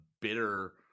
bitter